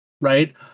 right